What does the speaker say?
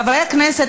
חברי הכנסת,